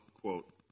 quote